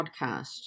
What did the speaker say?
podcast